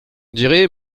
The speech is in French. dirait